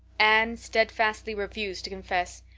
anne steadfastly refused to confess.